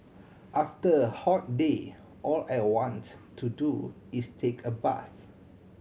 after a hot day all I want to do is take a bath